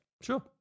Sure